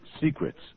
secrets